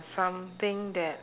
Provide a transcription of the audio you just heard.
something that